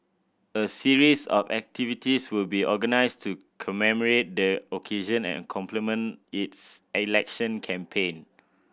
a series of activities will be organised to commemorate the occasion and complement its election campaign